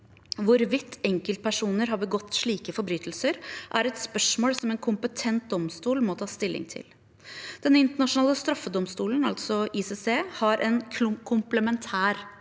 Hvorvidt enkeltpersoner har begått slike forbrytelser, er et spørsmål som en kompetent domstol må ta stilling til. Den internasjonale straffedomstolen, altså ICC, har en komplementær